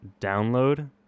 download